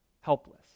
helpless